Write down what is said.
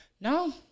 No